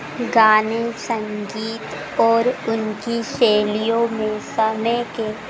गाने संगीत और उनकी शैलियों में समय के